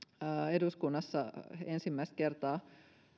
eduskunnassa ensimmäistä kertaa